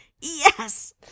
yes